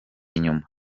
inyuma